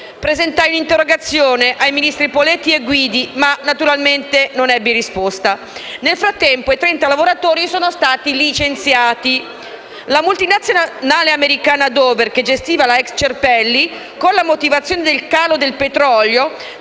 Presentai un'interrogazione ai ministri Poletti e Guidi, ma, naturalmente, non ebbi risposta. Nel frattempo i 30 lavoratori sono stati licenziati. La multinazionale americana Dover, che gestiva la ex Cerpelli, con la motivazione del calo del prezzo